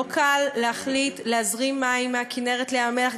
לא קל להחליט להזרים מים מהכינרת לים-המלח.